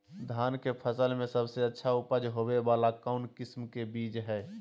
धान के फसल में सबसे अच्छा उपज होबे वाला कौन किस्म के बीज हय?